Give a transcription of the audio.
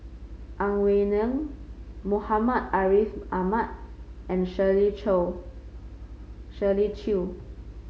Ang Wei Neng Muhammad Ariff Ahmad and Shirley Chew